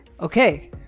okay